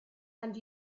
and